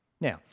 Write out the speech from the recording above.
Now